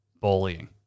bullying